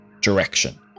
direction